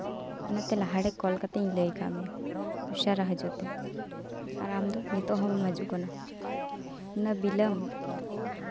ᱚᱱᱟᱛᱮ ᱞᱟᱦᱟᱨᱮ ᱠᱚᱞ ᱠᱟᱛᱮ ᱤᱧ ᱞᱟᱹᱭ ᱠᱟᱜ ᱢᱮᱭᱟ ᱩᱥᱟᱹᱨᱟ ᱦᱤᱡᱩᱜ ᱛᱮ ᱟᱨ ᱟᱢᱫᱚ ᱱᱤᱛᱚᱜ ᱦᱚᱸ ᱵᱟᱢ ᱦᱤᱡᱩᱜ ᱠᱟᱱᱟ ᱩᱱᱟᱹᱜ ᱵᱤᱞᱟᱹᱢ